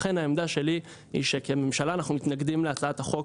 לכן העמדה שלי היא שכממשלה אנחנו מתנגדים להצעת החוק